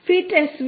അതിനാൽ fit